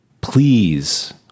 please